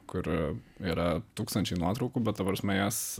kur yra tūkstančiai nuotraukų bet ta prasme jas